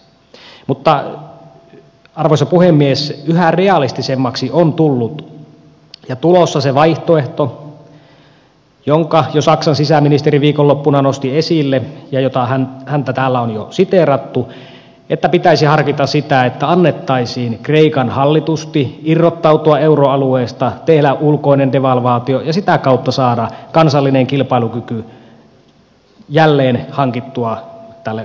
mutta arvoisa puhemies yhä realistisemmaksi on tullut ja tulossa se vaihtoehto jonka jo saksan sisäministeri viikonloppuna nosti esille ja josta häntä täällä on jo siteerattu että pitäisi harkita sitä että annettaisiin kreikan hallitusti irrottautua euroalueesta tehdä ulkoinen devalvaatio ja sitä kautta saada kansallinen kilpailukyky jälleen hankittua tälle maalle